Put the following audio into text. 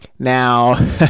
Now